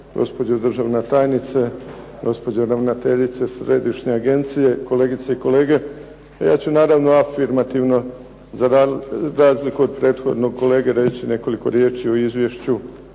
Gospođo državna tajnice, gospođo ravnateljice središnje agencije, kolegice i kolege. Ja ću naravno afirmativno za razliku od prethodnog kolege, reći nekoliko riječi o izvješću